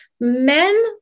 Men